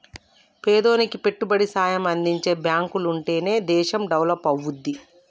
పేదోనికి పెట్టుబడి సాయం అందించే బాంకులుంటనే దేశం డెవలపవుద్ది